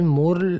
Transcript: more